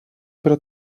pro